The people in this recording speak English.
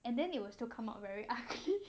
and then it will still come out very ugly